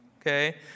okay